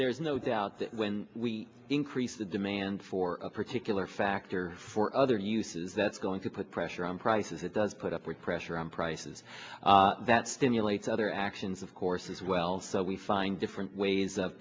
there is no doubt that when we increase the demand for a particular factor for other uses that's going to put pressure on prices it does put upward pressure on prices that stimulates other actions of course as well so we find different ways of